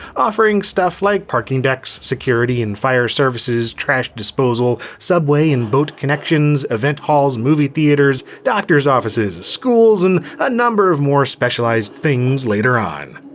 offering stuff like parking decks, security and fire services, trash disposal, subway and boat connections, event halls, movie theaters, doctor's offices, schools, and a number of more specialized things later on.